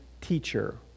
teacher